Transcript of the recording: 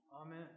Amen